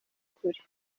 kure